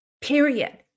Period